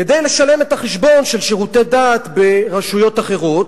כדי לשלם את החשבון של שירותי דת ברשויות אחרות,